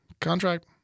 contract